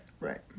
Right